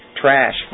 trash